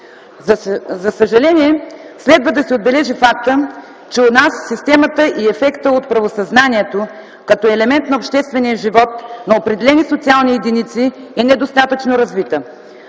За съжаление, следва да се отбележи фактът, че у нас системата и ефектът от правосъзнанието, като елемент на обществения живот на определени социални единици, е недостатъчно развита.